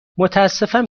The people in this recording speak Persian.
متاسفم